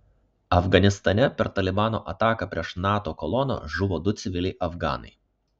afganistane per talibano ataką prieš nato koloną žuvo du civiliai afganai